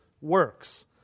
works